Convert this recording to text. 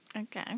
Okay